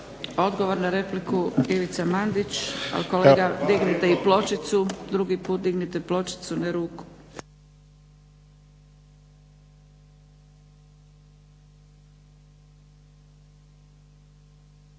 Odgovor na repliku, Ivica Mandić. Ali kolega dignite i pločicu, a ne ruku.